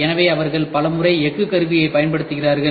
எனவே அவர்கள் பல முறை எஃகு கருவியை பயன்படுத்துகிறார்கள்